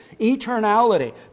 Eternality